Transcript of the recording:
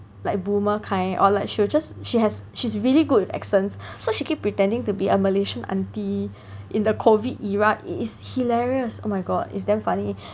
like boomer kind or like she will just she has she's really good with accents so she keep pretending to be a Malaysian auntie in the COVID era it's hilarious oh my god it's damn funny